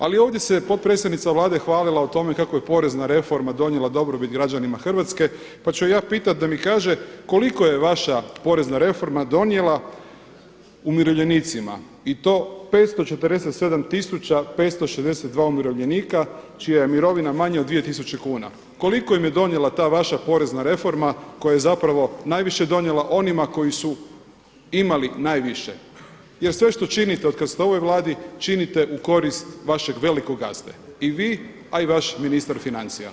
Ali ovdje se potpredsjednica Vlade hvalila o tome kako je porezna reforma donijela dobrobit građanima Hrvatske, pa ću je ja pitati da mi kaže koliko je vaša porezna reforma donijela umirovljenicima i to 547.562 umirovljenika čija je mirovina manja od 2 tisuće kuna, koliko im je donijela ta vaša porezna reforma koja je najviše donijela onima koji su imali najviše jer sve što činite od kada ste u ovoj Vladi činite u korist vašeg velikog gazde i vi, a i vaš ministar financija.